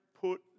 put